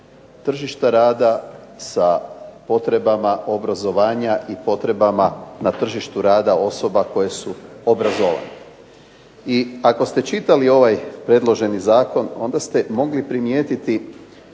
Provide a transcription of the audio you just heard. tržišta rada sa potrebama obrazovanja i potrebama na tržištu rada osoba koje su obrazovani. Ako ste čitali ovaj predloženi zakon, onda ste mogli primijetiti